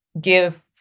give